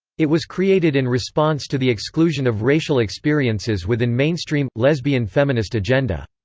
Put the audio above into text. it was created in response to the exclusion of racial experiences within mainstream, lesbian feminist agenda.